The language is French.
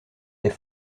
est